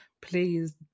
please